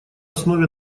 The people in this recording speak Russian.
основе